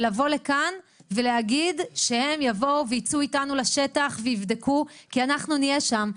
לבוא לכאן ולהגיד שהם יבואו וייצאו איתנו לשטח כי אנחנו נהיה שם.